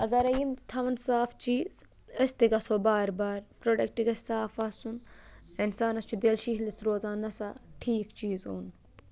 اگرَے یِم تھَوَن صاف چیٖز أسۍ تہِ گژھو بار بار پرٛوڈَکٹ گژھِ صاف آسُن اِنسانَس چھُ دِل شِہلِتھ روزان نَہ سا ٹھیٖک چیٖز اوٚن